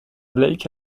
blake